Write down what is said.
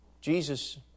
Jesus